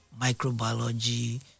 microbiology